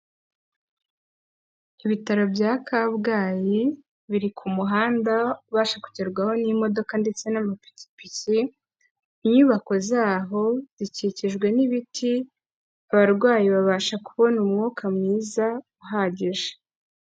Ibitaro bya kabgayi biri ku muhanda ubasha kugerwaho n'imodoka ndetse n'amapikipiki, inyubako zaho zikikijwe n'ibiti abarwayi babasha kubona umwuka mwiza uhagije.